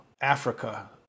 Africa